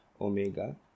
omega